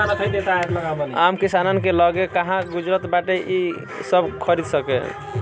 आम किसानन के लगे कहां जुरता बाटे कि इ सब खरीद सके